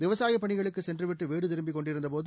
விவளய பணிகளுக்கு சென்றுவிட்டு வீடு திரும்பிக் கொண்டிருந்த போது